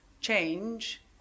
change